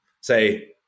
Say